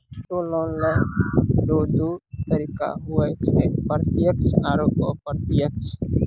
auto loan लेय रो दू तरीका हुवै छै प्रत्यक्ष आरू अप्रत्यक्ष